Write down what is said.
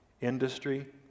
industry